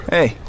Hey